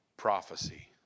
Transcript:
prophecy